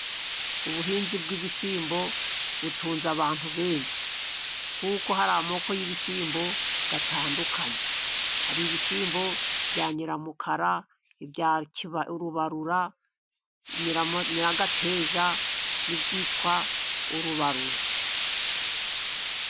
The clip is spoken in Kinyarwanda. Ubuhinzi bw'ibishyimbo butunze abantu benshi. Kuko hari amoko y'ibishyimbo atandukanye Hari ibishyimbo bya nyiramukara, bya rubarura, nyiragateja n'ibyitwa urubarura.